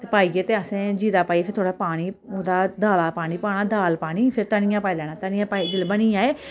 ते पाइयै ते असैं जीरा पाइयै फ्ही थोह्ड़ा पानी उदा दाला दा पानी पाना दाल पानी फिर धनिया पाई लैना धनिया पाइयै जेल्लै बनी जाये